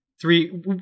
three